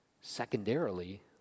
Secondarily